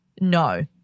no